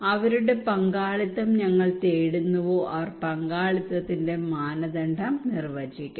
ആരുടെ പങ്കാളിത്തം ഞങ്ങൾ തേടുന്നുവോ അവർ പങ്കാളിത്തത്തിന്റെ മാനദണ്ഡം നിർവചിക്കും